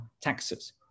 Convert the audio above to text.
taxes